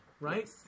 right